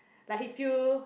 like he still